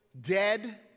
dead